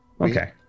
Okay